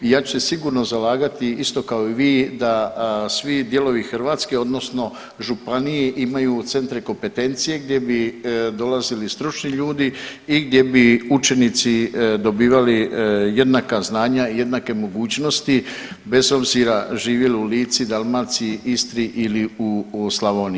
I ja ću se sigurno zalagati isto kao i vi, da svi dijelovi Hrvatske odnosno županije imaju centre kompetencije gdje bi dolazili stručni ljudi i gdje bi učenici dobivali jednaka znanja i jednake mogućnosti bez obzira živjeli u Lici, Dalmaciji, Istri ili u Slavoniji.